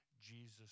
Jesus